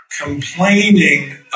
complaining